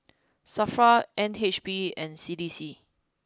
Safra N H B and C D C